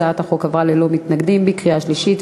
הצעת החוק עברה ללא מתנגדים בקריאה שלישית,